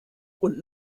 und